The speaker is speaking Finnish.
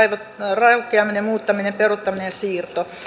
raukeaminen muuttaminen peruuttaminen ja siirto